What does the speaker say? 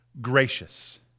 gracious